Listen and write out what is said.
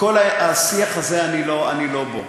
וכל השיח הזה, אני לא בו.